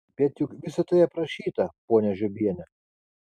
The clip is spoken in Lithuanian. bet juk visa tai aprašyta ponia žiobiene